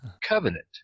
covenant